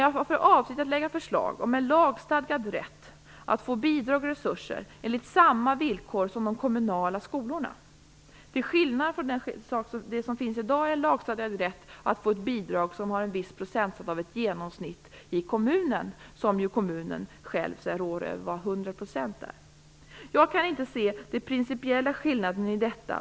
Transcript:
Jag har för avsikt att lägga fram förslag om en lagstadgad rätt för de fristående skolorna att få bidrag och resurser enligt samma villkor som de kommunala skolorna, till skillnad från den lagstadgade rätt som de fristående skolorna i dag har att få bidrag som har en viss procentsats av ett genomsnitt i kommunen och då kommunen själv avgör hur mycket 100 % är.